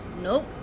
Nope